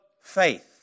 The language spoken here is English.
faith